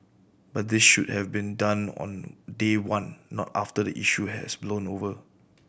but this should have been done on day one not after the issue has blown over